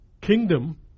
kingdom